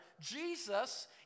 Jesus